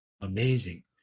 amazing